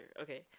Okay